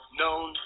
known